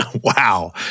Wow